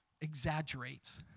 exaggerates